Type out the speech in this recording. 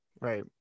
Right